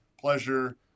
pleasure